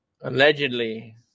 Allegedly